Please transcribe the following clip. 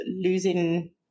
losing